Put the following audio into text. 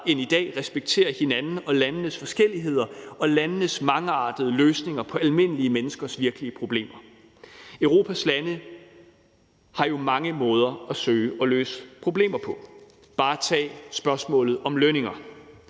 end i dag respekterer hinanden og landenes forskelligheder og landenes mangeartede løsninger på almindelige menneskers virkelige problemer. Europas lande har jo mange måder at søge at løse problemer på – bare tag spørgsmålet om lønninger.